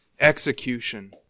execution